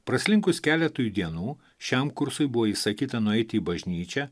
praslinkus keletui dienų šiam kursui buvo įsakyta nueiti į bažnyčią